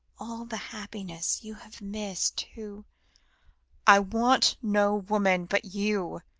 all the happiness you have missed, who i want no woman but you,